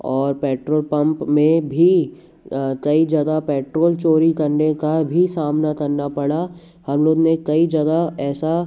और petrol pump में भी कई जगह पैट्रोल चोरी करने का भी सामना करना पड़ा हम लोग ने कई जगह ऐसा